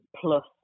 plus